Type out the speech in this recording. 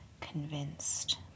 convinced